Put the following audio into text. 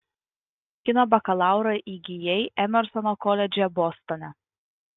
kino bakalaurą įgijai emersono koledže bostone